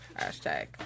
Hashtag